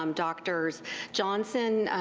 um doctors johnson,